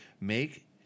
Make